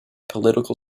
political